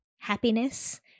happiness